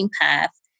Path